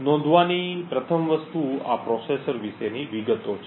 નોંધવાની પ્રથમ વસ્તુ આ પ્રોસેસર વિશેની વિગતો છે